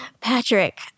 Patrick